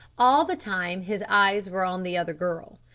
all the time his eyes were on the other girl.